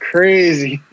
Crazy